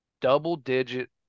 double-digit